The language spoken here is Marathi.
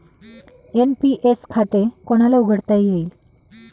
एन.पी.एस खाते कोणाला उघडता येईल?